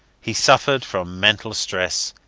he suffered from mental stress.